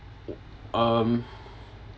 um